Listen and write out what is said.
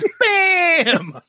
Bam